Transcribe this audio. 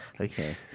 Okay